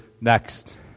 next